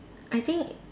I think